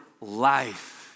life